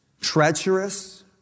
treacherous